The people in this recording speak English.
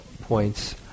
points